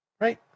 right